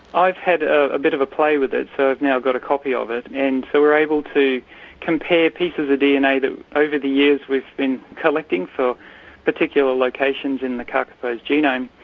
i've had a bit of a play with it, so we've now got a copy of it, and so we are able to compare pieces of dna that over the years we've been collecting for particular locations in the kakapo's genome,